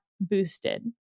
boosted